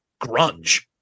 grunge